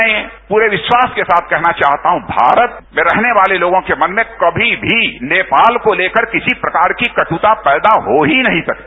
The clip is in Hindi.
मैं पूरे विश्वास के साथ कहना चाहता हूं कि भारत में रहने वाले लोगों के मन में कभी भी नेपाल को लेकर किसी प्रकार की कद्वता पैदा हो ही नहीं सकती